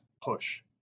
push